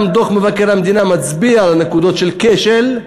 גם דוח מבקר המדינה מצביע על נקודות של כשל.